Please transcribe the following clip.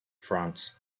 france